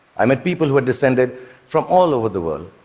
i met people who had descended from all over the world,